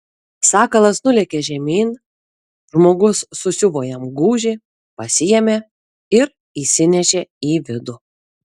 sakalas nulėkė žemyn žmogus susiuvo jam gūžį pasiėmė ir įsinešė į vidų